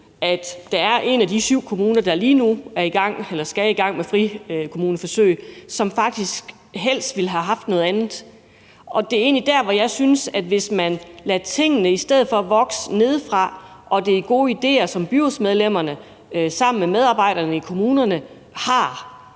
at der er en af de syv kommuner, der lige nu skal i gang med frikommuneforsøg, som faktisk helst ville have haft noget andet, og det er egentlig bare der, hvor jeg, hvis man i stedet lader tingene vokse nedefra og der er byrådsmedlemmer, der sammen med medarbejdere i kommunerne har